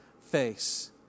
face